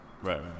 Right